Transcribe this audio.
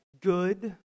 good